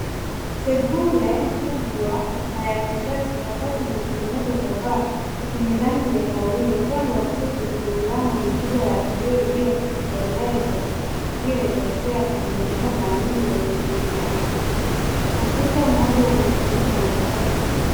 Sebule kubwa na ya kisasa. Sakafu imetengenezwa kwa mbao zenye rangi ya kahawia. Upande wa kushoto kuna milango mikubwa ya kioo iliyopendeza iliyoelekea kwenye eneo la nje lenye mimea na miti. Ukuta mmoja umefunikwa na kabati kubwa.